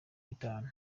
bitatu